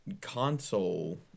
console